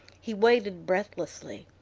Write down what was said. he waited breathlessly.